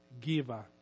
giver